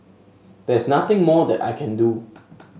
there's nothing more that I can do